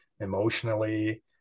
emotionally